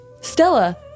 Stella